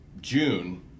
June